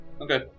Okay